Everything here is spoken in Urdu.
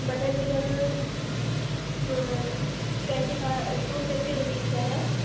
butter chicken twenty five to fifty rupees کا ہے